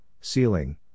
ceiling